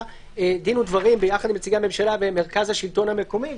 דין ודברים ביחד עם נציגי הממשלה ומרכז השלטון המקומי.